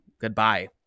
Goodbye